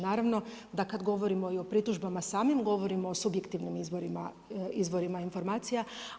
Naravno da kad govorimo i o pritužbama samim govorimo o subjektivnim izvorima informacija.